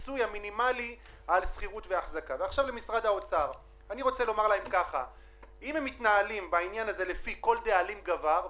אם משרד האוצר מתנהל בעניין הזה לפי כל דאלים גבר,